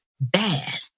bad